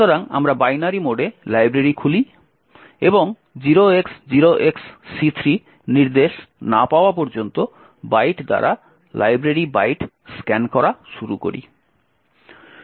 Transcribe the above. সুতরাং আমরা বাইনারি মোডে লাইব্রেরি খুলি এবং 0x0XC3 নির্দেশ না পাওয়া পর্যন্ত বাইট দ্বারা লাইব্রেরি বাইট স্ক্যান করা শুরু করি